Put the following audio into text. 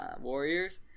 Warriors